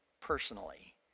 personally